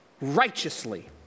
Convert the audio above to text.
righteously